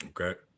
Okay